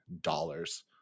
dollars